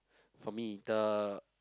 for me the